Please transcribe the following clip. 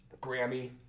Grammy